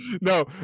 No